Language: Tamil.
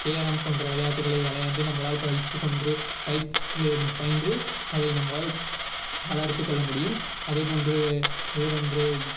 கேரம் போன்ற விளையாட்டுகளை விளையாண்டு நம்மளால் பயிற்சி கொண்று பயிற்று பயின்று அதை நம் வளர்த்துக்கொள்ளமுடியும் அதேபோன்று வேறென்று